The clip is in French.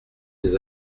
des